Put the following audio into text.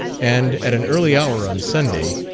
and at an early hour on sunday,